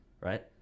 right